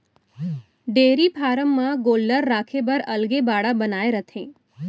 dairy farm म गोल्लर राखे बर अलगे बाड़ा बनाए रथें